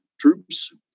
Troops